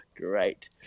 Great